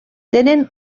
tenen